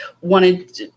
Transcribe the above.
wanted